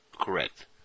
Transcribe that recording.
Correct